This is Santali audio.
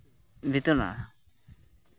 ᱵᱤᱛᱟᱹᱱᱟ